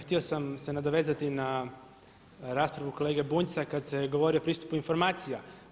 Htio sam se nadovezati na raspravu kolege Bunjca kad se govori o pristupu informacija.